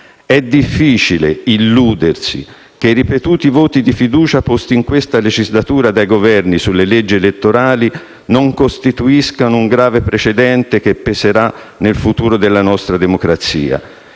È difficile illudersi che i ripetuti voti di fiducia posti in questa legislatura dai Governi sulle leggi elettorali non costituiscano un grave precedente che peserà nel futuro della nostra democrazia.